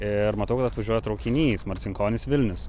ir matau kad atvažiuoja traukinys marcinkonys vilnius